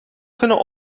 kunnen